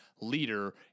leader